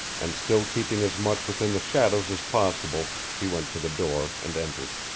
and still keeping as much within the shadows as possible he went to the door and entered.